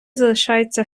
залишається